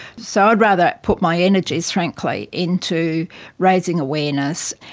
so i'd rather put my energies, frankly, into raising awareness,